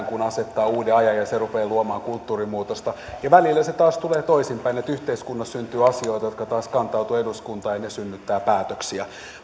kuin asettaa uuden ajan ja ja se rupeaa luomaan kulttuurinmuutosta ja välillä se taas tulee toisinpäin että yhteiskunnassa syntyy asioita jotka taas kantautuvat eduskuntaan ja ne synnyttävät päätöksiä